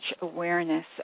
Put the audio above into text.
awareness